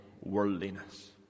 worldliness